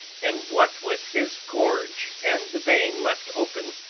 and what with his gorge and the vein left open,